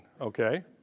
okay